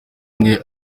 umwe